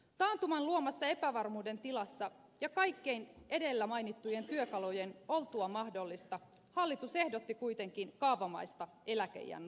taantuman luomassa epävarmuuden tilassa ja kaikkien edellä mainittujen työkalujen oltua mahdollisia hallitus ehdotti kuitenkin kaavamaista eläkeiän nostoa